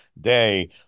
day